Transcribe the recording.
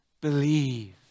believe